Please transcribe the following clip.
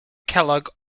kellogg